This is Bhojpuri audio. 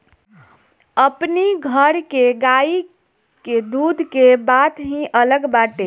अपनी घर के गाई के दूध के बात ही अलग बाटे